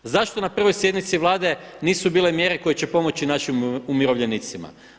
Zašto na prvoj sjednici Vlade nisu bile mjere koje će pomoći našim umirovljenicima?